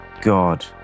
God